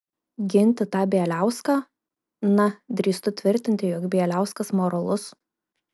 ginti tą bieliauską na drįstų tvirtinti jog bieliauskas moralus